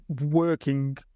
working